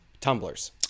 Tumblers